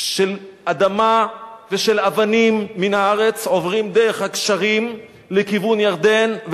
של אדמה ושל אבנים מן הארץ עוברות דרך הגשרים לכיוון ירדן,